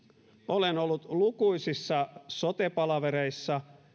olen ollut lukuisissa sote palavereissa